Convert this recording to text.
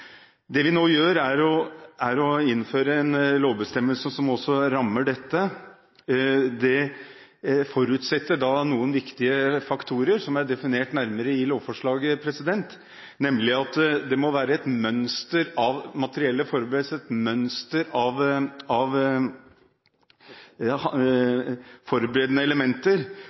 Det vi nå gjør, er å innføre en lovbestemmelse som også rammer disse. Det forutsetter noen viktige faktorer som er nærmere definert i lovforslaget, nemlig at det må være et mønster av materielle forberedelser og forberedende elementer